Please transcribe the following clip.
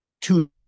two